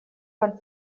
van